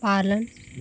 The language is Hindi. पालन